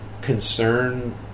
concern